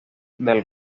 del